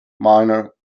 minor